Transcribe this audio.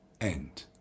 end